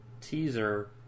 teaser